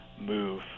move